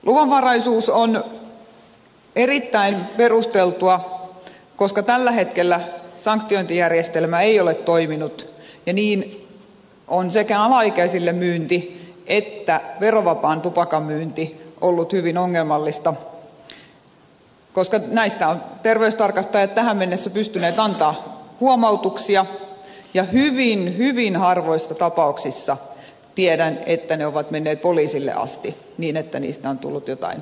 luvanvaraisuus on erittäin perusteltua koska tällä hetkellä sanktiointijärjestelmä ei ole toiminut ja niinpä on sekä alaikäisille myynti että verovapaan tupakan myynti ollut hyvin ongelmallista koska näistä ovat terveystarkastajat tähän mennessä pystyneet antamaan huomautuksia ja hyvin hyvin harvoissa tapauksissa tiedän ne ovat menneet poliisille asti niin että niistä on tullut joitain syytteitä